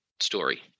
story